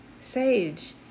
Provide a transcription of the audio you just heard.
sage